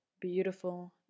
beautiful